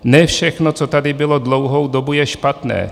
Ne všechno, co tady bylo dlouhou dobu, je špatné.